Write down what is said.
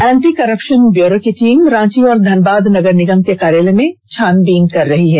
anti corruption bureau की team Ranchi और धनबाद नगर निगम के कार्यालय में छानबीन कर रही है